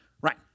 right